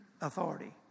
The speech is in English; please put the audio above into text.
authority